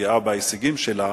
גאה בהישגים שלה,